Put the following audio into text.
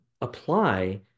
apply